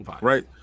Right